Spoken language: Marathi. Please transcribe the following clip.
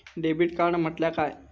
डेबिट कार्ड म्हटल्या काय?